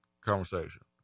conversation